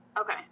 Okay